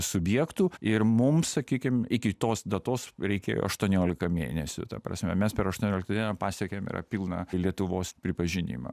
subjektu ir mums sakykimu iki tos datos reikėjo aštuoniolika mėnesių ta prasme mes per aštuoniolika pasiekėm yra pilną lietuvos pripažinimą